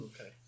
okay